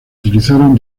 utilizaron